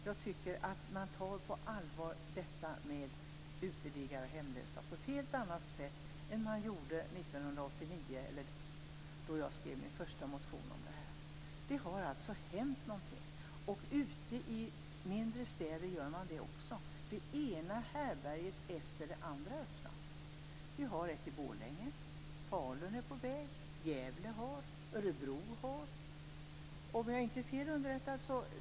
Jag tycker att man nu tar frågan om uteliggare och hemlösa på allvar på ett helt annat sätt än man gjorde 1989 då jag skrev min första motion om detta. Det har alltså hänt någonting. Ute i mindre städer är det likadant. Det ena härbärget efter det andra öppnas. Vi har ett i Borlänge. I Falun är man på väg att öppna ett, Gävle har ett, och Örebro har ett.